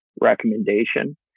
recommendation